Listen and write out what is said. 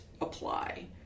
apply